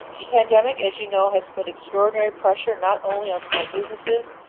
the pandemic, as you know, has put extraordinary pressure not only on small businesses,